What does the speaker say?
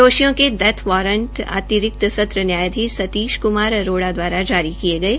दोषियों को डेथ वांरट अतिरिक्त सत्र न्यायधीश सतीश क्मार अरोड़ा जारी किये गये